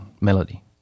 melody